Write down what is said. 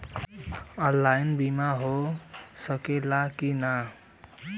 Online बीमा हो सकेला की ना?